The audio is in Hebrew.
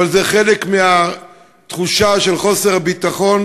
אבל זה חלק מהתחושה של חוסר הביטחון,